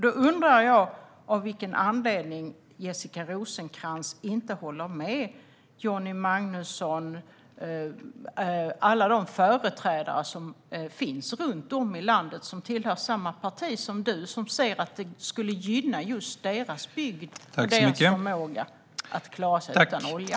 Då undrar jag av vilken anledning Jessica Rosencrantz inte håller med Johnny Magnusson och alla andra företrädare runt om i landet, som tillhör samma parti som hon själv men som ser att detta skulle gynna just deras bygd och deras förmåga att klara sig utan olja.